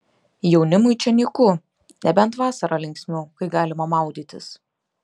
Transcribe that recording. jaunimui čia nyku nebent vasarą linksmiau kai galima maudytis